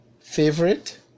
favorite